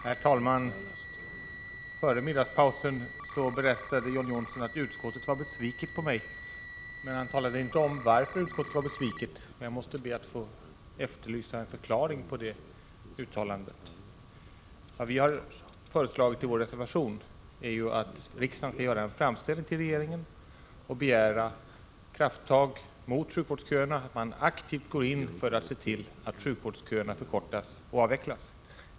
Herr talman! Före middagspausen berättade John Johnsson att utskottet var besviket på mig, men han talade inte om varför utskottet var besviket. Jag måste be att få efterlysa en förklaring till det uttalandet. Vad vi har föreslagit i vår reservation är att riksdagen skall göra en framställning till regeringen och begära krafttag mot sjukvårdsköerna. Man skall aktivt gripa in för att se till att sjukvårdsköerna förkortas och efter hand avvecklas.